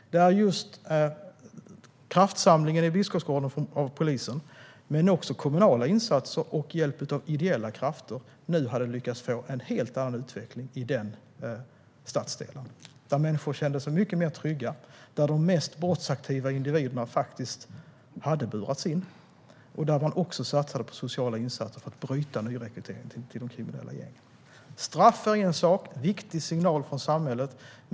Polisen har gjort en kraftsamling i Biskopsgården. Men det har också gjorts kommunala insatser, och man har fått hjälp av ideella krafter. Nu har man lyckats få en helt annan utveckling i denna stadsdel, där människor känner sig mycket mer trygga. De mest brottsaktiva individerna har burats in, och man har också satsat på sociala insatser för att bryta nyrekrytering till de kriminella gängen. Straff är en sak. Det är en viktig signal från samhället.